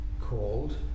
called